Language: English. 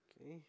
Okay